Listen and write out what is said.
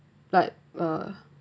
like uh